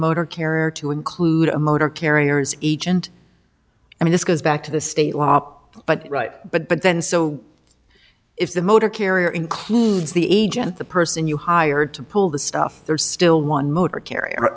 motor carrier to include a motor carrier in each and i mean this goes back to the state law up but right but but then so if the motor carrier includes the agent the person you hired to pull the stuff there's still one motor carrier